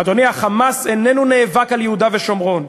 אדוני, ה"חמאס" איננו נאבק על יהודה ושומרון,